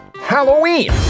Halloween